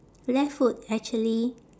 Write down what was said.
left foot actually